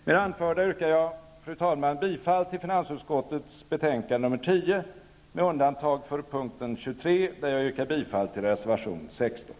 Med det anförda yrkar jag, fru talman, bifall till hemställan i finansutskottets betänkande nr 10 med undantag av punkten 23, där jag yrkar bifall till reservation 16.